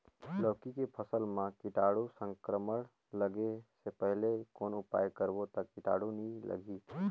लौकी के फसल मां कीटाणु संक्रमण लगे से पहले कौन उपाय करबो ता कीटाणु नी लगही?